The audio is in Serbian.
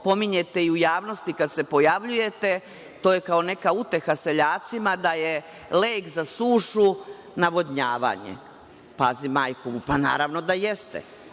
pominjete i u javnosti kada se pojavljujete, to je kao neka uteha seljacima, da je lek za sušu navodnjavanje. Pazi, majku mu, pa naravno da jeste,